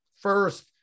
first